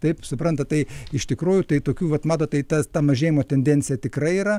taip suprantat tai iš tikrųjų tai tokių vat manot tai tas ta mažėjimo tendencija tikrai yra